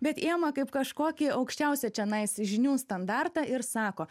bet ima kaip kažkokį aukščiausią čionais žinių standartą ir sako